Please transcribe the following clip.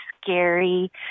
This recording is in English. scary